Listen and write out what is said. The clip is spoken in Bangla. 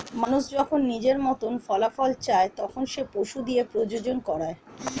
মানুষ যখন নিজের মতন ফলাফল চায়, তখন সে পশু দিয়ে প্রজনন করায়